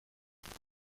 خواهد